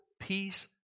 peace